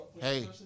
Hey